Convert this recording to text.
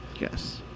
yes